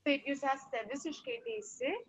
taip jūs esate visiškai teisi